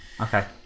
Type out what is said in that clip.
Okay